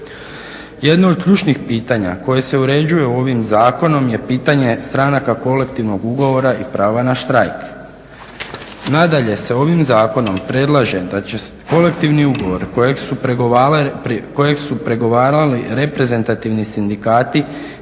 Jedno od ključnih pitanja koji se uređuju ovim zakonom je pitanje stranaka kolektivnog ugovora i prava na štrajk. Nadalje sa ovim zakonom predlažem da će kolektivni ugovor kojeg su pregovarali reprezentativni sindikati